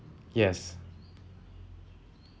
yes